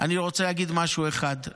אני רוצה להגיד משהו אחד,